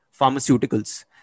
pharmaceuticals